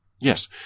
Yes